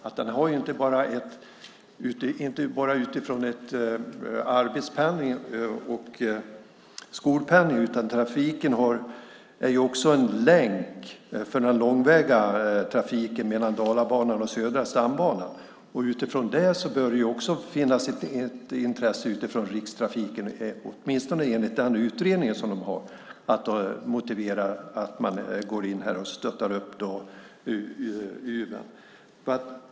Det gäller inte bara arbets och skolpendlingen, utan trafiken är också en länk för den långväga trafiken mellan Dalabanan och Södra stambanan. Utifrån det bör det också finnas ett intresse från Rikstrafiken, åtminstone enligt utredningen, som motiverar att man går in här och stöttar Uven.